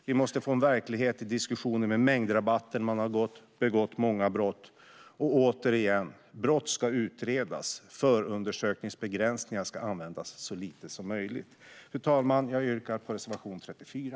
Vi måste få en verklighet i diskussionen om mängdrabatten när man har begått många brott. Och återigen: Brott ska utredas. Förundersökningsbegränsningar ska användas så lite som möjligt. Fru talman! Jag yrkar bifall till reservation 34.